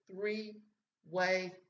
three-way